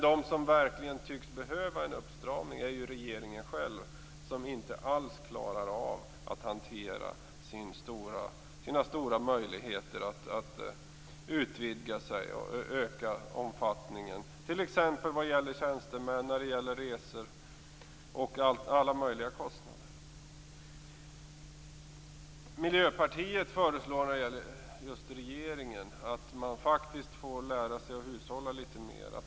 De som verkligen tycks behöva en uppstramning är regeringen - som inte alls klarar sig utan att utvidga sig och öka omfattningen när det gäller tjänstemän och resor och andra kostnader. Miljöpartiet föreslår just regeringen att lära sig att hushålla litet mer.